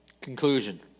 Conclusion